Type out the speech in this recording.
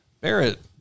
Barrett